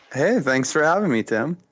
hey, thanks for having me, tim.